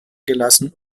gelassen